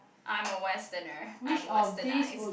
I'm a westerner I'm westernised